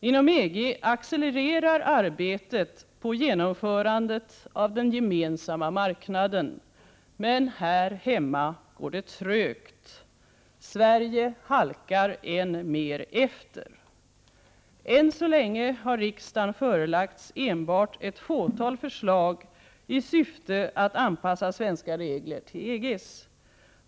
Inom EG accelererar arbetet på genomförandet av den gemensamma marknaden, men här hemma går det trögt. Sverige halkar än mer efter. Än så länge har riksdagen förelagts enbart ett fåtal förslag i syfte att anpassa svenska regler till EG:s.